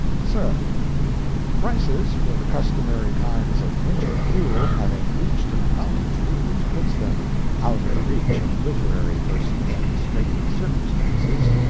sir prices for the customary kinds of winter fuel having reached an altitude which puts them out of the reach of literary persons in straitened circumstances,